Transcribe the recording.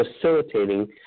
facilitating